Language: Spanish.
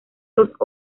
dos